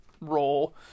role